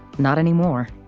not anymore.